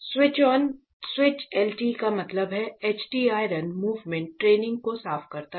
switch on switch LT का मतलब है HT आयरन मूवमेंट ट्रेनिंग को साफ करता है